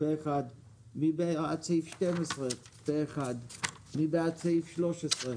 הצבעה סעיף 85(10) אושר מי בעד סעיף 11?